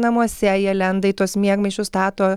namuose jie lenda į tuos miegmaišius stato